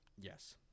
Yes